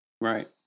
right